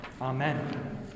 Amen